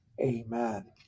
amen